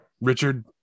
Richard